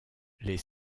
les